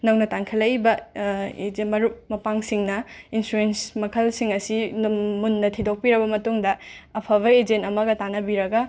ꯅꯪꯅ ꯇꯥꯟꯈꯠꯂꯛꯏꯕ ꯃꯔꯨꯞ ꯃꯄꯥꯡꯁꯤꯡꯅ ꯏꯟꯁꯤꯔꯦꯟꯁ ꯃꯈꯜꯁꯤꯡ ꯑꯁꯤ ꯃꯨꯟꯅ ꯊꯤꯗꯣꯛꯄꯤꯔꯕ ꯃꯇꯨꯡꯗ ꯑꯐꯕ ꯑꯦꯖꯦꯟ ꯑꯃꯒ ꯇꯥꯟꯅꯕꯤꯔꯒ